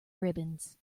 ribbons